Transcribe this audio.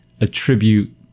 attribute